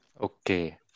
okay